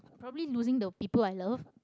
probably losing the people i love